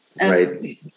Right